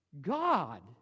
God